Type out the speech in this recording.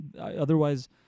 Otherwise